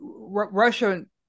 Russian